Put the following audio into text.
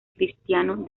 cristiano